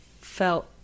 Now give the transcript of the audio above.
felt